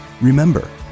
Remember